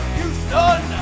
Houston